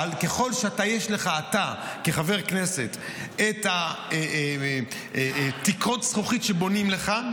אבל ככל שיש לך כחבר כנסת את תקרות הזכוכית שבונים לך,